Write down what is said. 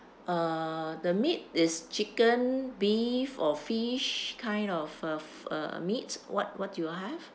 uh the meat is chicken beef or fish kind of uh uh meat what what do you have